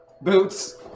boots